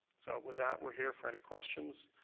so with that, we're here for any questions.